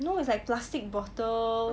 no it's like plastic bottle